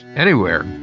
anywhere,